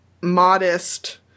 modest